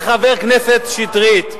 אומר חבר הכנסת שטרית.